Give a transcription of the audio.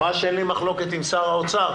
ממש אין לי מחלוקת עם שר האוצר,